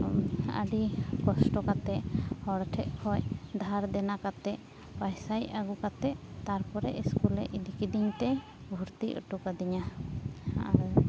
ᱟᱹᱰᱤ ᱠᱚᱥᱴᱚ ᱠᱟᱛᱮ ᱦᱚᱲ ᱴᱷᱮᱡ ᱠᱷᱚᱡ ᱫᱷᱟᱨ ᱫᱮᱱᱟ ᱠᱟᱛᱮ ᱯᱟᱭᱥᱟ ᱟᱹᱜᱩ ᱠᱟᱛᱮ ᱛᱟᱨᱯᱚᱨᱮ ᱤᱥᱠᱩᱞᱮ ᱤᱫᱤ ᱠᱤᱫᱤᱧ ᱛᱮ ᱵᱷᱩᱨᱛᱤ ᱚᱴᱚ ᱠᱟᱫᱤᱧᱟ ᱟᱫᱚ